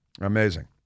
Amazing